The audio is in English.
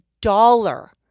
dollar